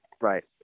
Right